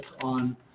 on